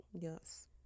Yes